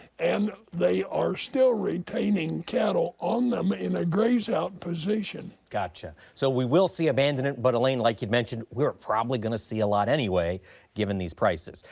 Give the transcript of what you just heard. and they are still retaining cattle on them in a graze out position. pearson gotcha. so we will see abandonment but, elaine, like you mentioned, we were probably going to see a lot anyway given these prices.